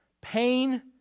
pain